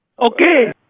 Okay